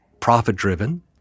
profit-driven